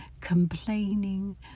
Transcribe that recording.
complaining